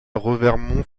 revermont